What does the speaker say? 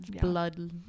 blood